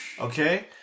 Okay